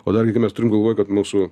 o dar jeigu mes turim galvoj kad mūsų